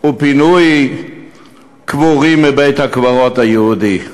ופינוי קבורים מבית-הקברות היהודי.